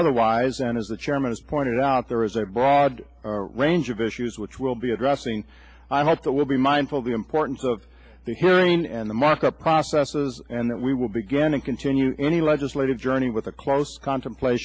otherwise and as the chairman has pointed out there is a broad range of issues which will be addressing i hope that we'll be mindful of the importance of the hearing and the markup processes and that we will begin and continue any legislative journey with a close contemplat